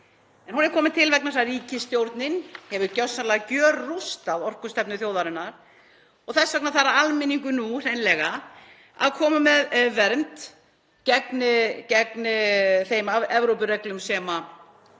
En hún er komin til vegna þess að ríkisstjórnin hefur gjörsamlega gjörrústað orkustefnu þjóðarinnar og þess vegna þarf almenningur nú hreinlega að koma með vernd gegn þeim Evrópureglum, sem